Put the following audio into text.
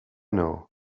know